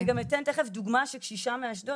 אני גם אתן תיכף דוגמה של קשישה מאשדוד,